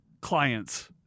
clients